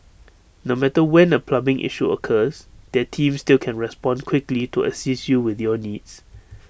no matter when A plumbing issue occurs their team still can respond quickly to assist you with your needs